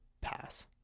pass